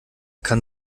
kann